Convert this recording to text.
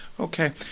Okay